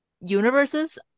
universes